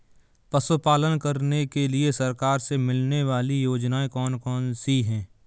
पशु पालन करने के लिए सरकार से मिलने वाली योजनाएँ कौन कौन सी हैं?